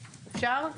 אפשר?